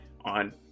on